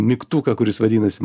mygtuką kuris vadinasi